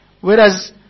whereas